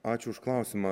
ačiū už klausimą